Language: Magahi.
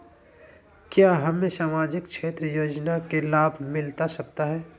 क्या हमें सामाजिक क्षेत्र योजना के लाभ मिलता सकता है?